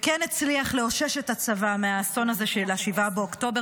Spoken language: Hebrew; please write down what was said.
כן הצליח לאושש את הצבא מהאסון הזה של 7 באוקטובר